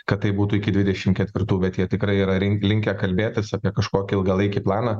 kad tai būtų iki dvidešimt ketvirtų bet jie tikrai yra rin linkę kalbėtis apie kažkokį ilgalaikį planą